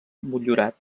motllurat